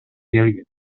келген